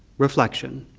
reflection,